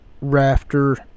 rafter